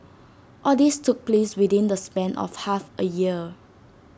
all this took place within the span of half A year